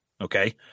Okay